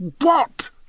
what